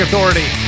Authority